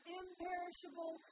imperishable